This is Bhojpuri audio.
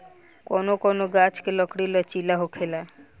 कौनो कौनो गाच्छ के लकड़ी लचीला होखेला